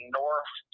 north